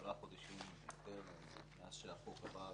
10 חודשים הוא מתעכב מאז שהחוק עבר